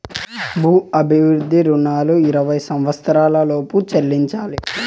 భూ అభివృద్ధి రుణాలు ఇరవై సంవచ్చరాల లోపు చెల్లించాలి